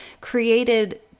created